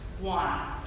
one